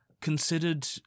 Considered